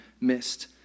missed